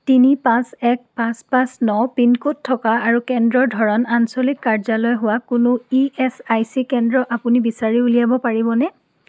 তিনি পাঁচ এক পাঁচ পাঁচ ন পিন ক'ড থকা আৰু কেন্দ্ৰৰ ধৰণ আঞ্চলিক কাৰ্যালয় হোৱা কোনো ই এচ আই চি কেন্দ্ৰ আপুনি বিচাৰি উলিয়াব পাৰিবনে